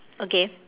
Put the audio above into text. okay